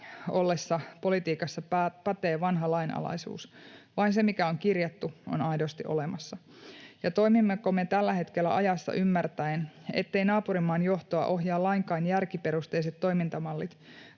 ollessa politiikassa pätee vanha lainalaisuus: vain se, mikä on kirjattu, on aidosti olemassa. Toimimmeko me tällä hetkellä ajassa ymmärtäen, etteivät naapurimaan johtoa ohjaa lainkaan järkiperusteiset toimintamallit,